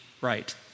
right